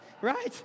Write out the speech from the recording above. right